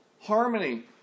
harmony